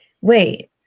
wait